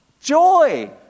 Joy